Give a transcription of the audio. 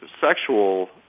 sexual